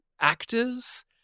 actors